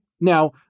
now